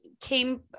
came